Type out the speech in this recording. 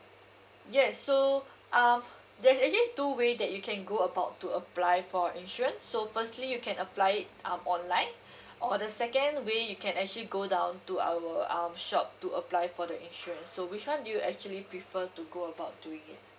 yes so um there's actually two way that you can go about to apply for our insurance so firstly you can apply it um online or the second way you can actually go down to our um shop to apply for the insurance so which one do you actually prefer to go about doing it